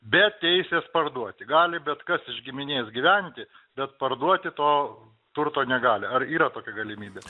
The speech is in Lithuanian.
beteisis parduoti gali bet kas iš giminės gyventi bet parduoti to turto negali ar yra pagal galimybes